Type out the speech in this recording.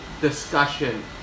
discussion